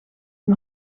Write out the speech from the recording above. een